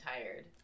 tired